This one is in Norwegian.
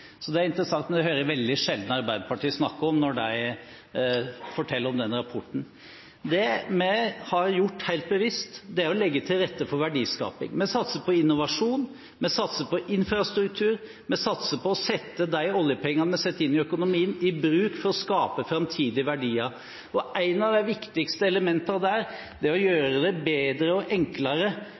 Det er interessant, men det hører man veldig sjelden Arbeiderpartiet snakke om når de forteller om den rapporten. Det som vi helt bevisst har gjort, er å legge til rette for verdiskaping. Vi satser på innovasjon, vi satser på infrastruktur, vi satser på å bruke de oljepengene vi setter inn i økonomien, for å skape framtidige verdier. Et av de viktigste elementene er å gjøre det bedre og enklere for norske eiere å kunne skape norske arbeidsplasser. Det